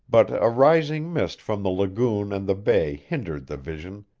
but a rising mist from the lagoon and the bay hindered the vision,